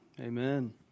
Amen